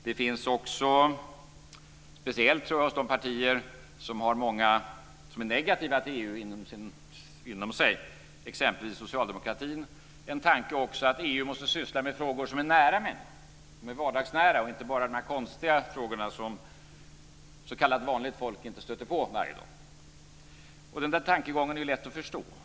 Det finns också, speciellt hos de partier som är negativa till EU inom sig, exempelvis socialdemokratin, en tanke också att EU måste syssla med frågor som är nära människan, som är vardagsnära, och inte bara de konstiga frågorna som s.k. vanligt folk inte stöter på varje dag. Den tankegången är lätt att förstå.